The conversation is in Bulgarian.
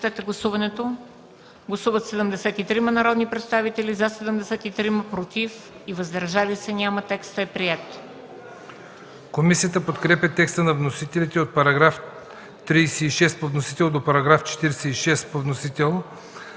Комисията подкрепя текста на вносителите – от § 36 по вносител до § 46 по вносител,